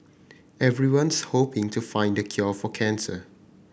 everyone's hoping to find the cure for cancer